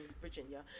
Virginia